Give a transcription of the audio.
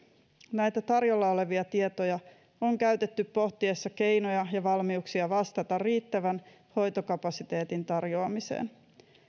näitä tarjolla olevia tietoja on käytetty pohdittaessa keinoja ja valmiuksia vastata riittävän hoitokapasiteetin tarjoamiseen